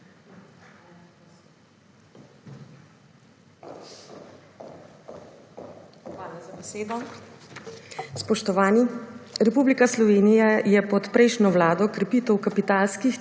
Hvala za besedo. Spoštovani! Republika Slovenija je pod prejšnjo Vlado krepitev kapitalskih